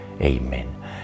Amen